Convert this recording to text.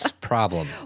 problem